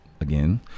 again